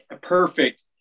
perfect